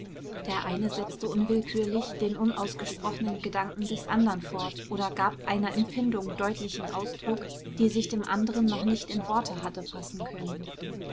der eine setzte unwillkürlich den unausgesprochenen gedanken des andern fort oder gab einer empfindung deutlichen ausdruck die sich dem anderen noch nicht in worte hatte fassen können